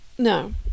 No